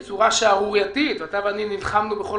בצורה שערורייתית אתה ואני נלחמנו בכל